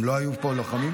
הם לא היו פה לוחמים?